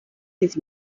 his